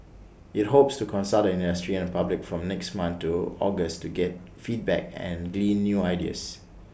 IT hopes to consult the industry and public from next month to August to get feedback and glean new ideas